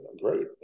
great